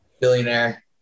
billionaire